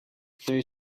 there